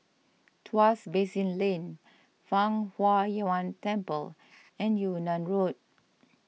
Tuas Basin Lane Fang Huo Yuan Temple and Yunnan Road